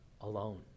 alone